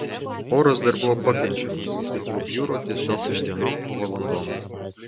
oras dar buvo pakenčiamas bet jau bjuro tiesiog ne dienom o valandom